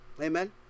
Amen